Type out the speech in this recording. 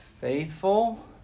Faithful